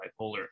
bipolar